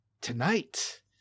Tonight